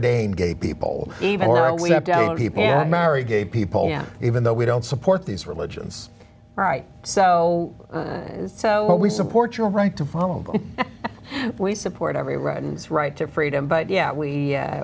again gay people even though we have to marry gay people even though we don't support these religions right so so what we support your right to follow we support every runs right to freedom but yeah we